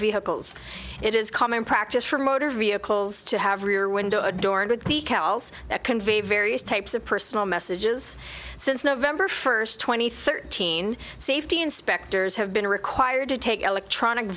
vehicles it is common practice for motor vehicles to have rear window adorned with the cals that convey various types of personal messages since november first two thousand and thirteen safety inspectors have been required to take electronic